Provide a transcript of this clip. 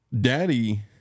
Daddy